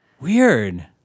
Weird